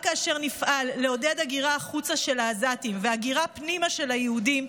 רק כאשר נפעל לעודד הגירה של העזתים החוצה והגירה פנימה של היהודים,